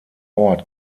ort